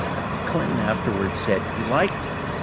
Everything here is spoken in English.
i mean, clinton afterwards said he liked him.